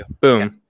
Boom